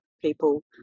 people